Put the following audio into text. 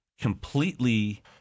completely